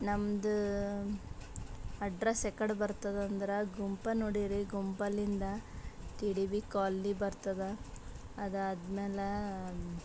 ನಮ್ಮದು ಅಡ್ರಸ್ ಯಾಕಡೆ ಬರ್ತದಂದ್ರೆ ಗುಂಪ ನೋಡಿರಿ ಗುಂಪಲ್ಲಿಂದ ಟಿ ಡಿ ಬಿ ಕೋಲ್ನಿ ಬರ್ತದ ಅದಾದಮೇಲೆ